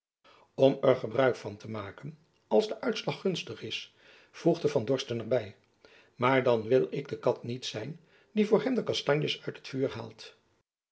om er gebruik van te maken als de uitslag gunstig is voegde van dorsten er by maar dan wil ik de kat niet zijn die voor hem de kastanjes uit het vuur haalt